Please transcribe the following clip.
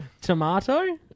Tomato